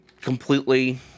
completely